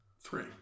Three